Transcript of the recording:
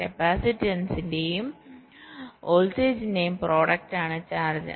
കപ്പാസിറ്റൻസിന്റെയും വോൾട്ടേജിന്റെയും പ്രോഡക്റ്റ് ആണ് ചാർജ്